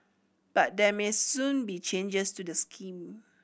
but there may soon be changes to the scheme